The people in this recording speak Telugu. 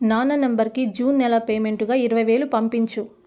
నాన్న నంబరుకి జూన్ నెల పేమెంటుగా ఇరవై వేలు పంపించు